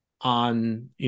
on